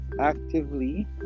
actively